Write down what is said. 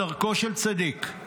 דרכו של צדיק,